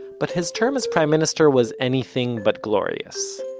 but his term as prime-minister was anything but glorious.